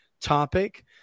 topic